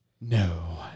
no